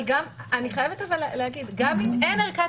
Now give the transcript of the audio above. אבל אני חייבת להגיד שגם אם אין ערכת